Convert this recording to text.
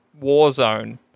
Warzone